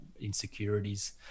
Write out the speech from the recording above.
insecurities